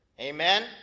Amen